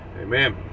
amen